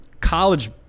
college